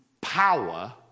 power